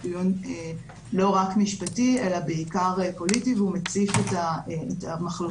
דיון לא רק משפטי אלא בעיקר פוליטי והוא מציף את המחלוקות.